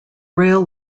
rail